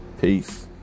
Peace